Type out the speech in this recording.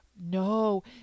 No